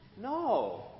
No